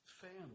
family